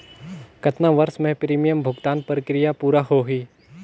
कतना वर्ष मे प्रीमियम भुगतान प्रक्रिया पूरा होही?